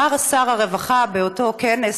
אמר שר הרווחה באותו כנס: